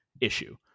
issue